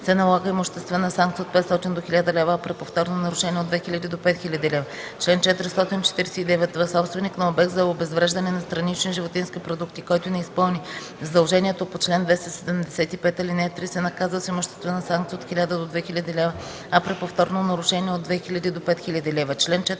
се налага имуществена санкция от 500 до 1000 лв., а при повторно нарушение – от 2000 до 5000 лв. Чл. 449в. Собственик на обект за обезвреждане на странични животински продукти, който не изпълни задължението по чл. 275, ал. 3, се наказва с имуществена санкция от 1000 до 2000 лв., а при повторно нарушение – от 2000 до 5000 лв.